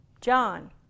John